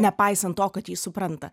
nepaisant to kad jį supranta